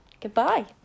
Goodbye